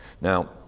Now